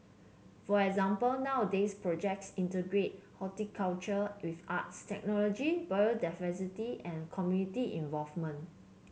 for example nowadays projects integrate horticulture with arts technology biodiversity and community involvement